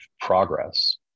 progress